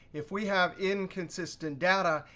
if we have inconsistent data,